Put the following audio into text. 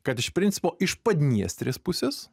kad iš principo iš padniestrės pusės